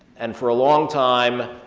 and for a long time,